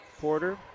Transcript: Porter